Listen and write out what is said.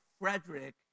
Frederick